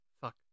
fuck